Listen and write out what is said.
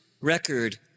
record